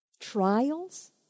Trials